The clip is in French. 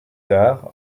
tard